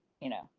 you know,